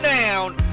down